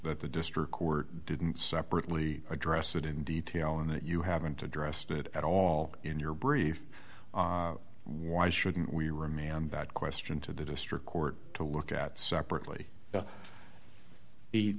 that the district court didn't separately address it in detail and that you haven't addressed it at all in your brief why shouldn't we remain on that question to the district court to look at separately